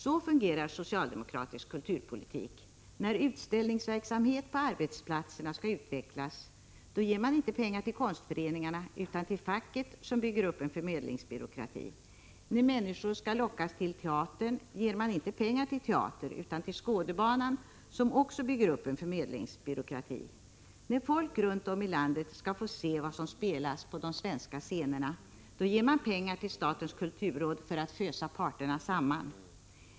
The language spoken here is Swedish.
Så fungerar socialdemokratisk kulturpolitik: När utställningsverksamhet på arbetsplatserna skall utvecklas, då ger man inte pengar till konstföreningarna utan till facket, som bygger upp en förmedlingsbyråkrati. När människor skall lockas till teatern ger man inte pengar till teater utan till Skådebanan, som också bygger upp en förmedlingsbyråkrati. När folk runt om i landet skall få se vad som spelas på de svenska scenerna, då ger man pengar till Statens kulturråd för att fösa parterna samman.